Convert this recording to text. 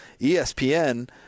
ESPN